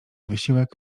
wysiłek